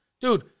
Dude